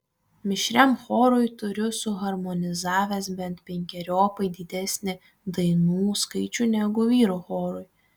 mišriam chorui turiu suharmonizavęs bent penkeriopai didesnį dainų skaičių negu vyrų chorui